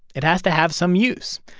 it has to have some use.